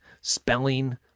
spelling